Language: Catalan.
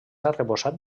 arrebossat